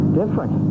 different